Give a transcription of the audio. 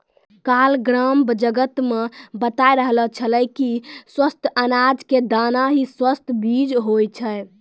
काल ग्राम जगत मॅ बताय रहलो छेलै कि स्वस्थ अनाज के दाना हीं स्वस्थ बीज होय छै